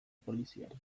poliziari